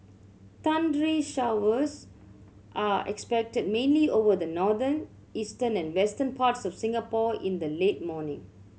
thundery showers are expected mainly over the northern eastern and western parts of Singapore in the late morning